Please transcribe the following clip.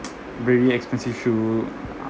very expensive shoe uh